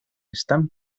están